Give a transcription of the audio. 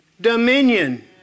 dominion